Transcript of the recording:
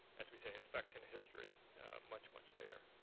as we say, effects in history much, much later.